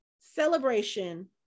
celebration